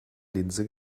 linse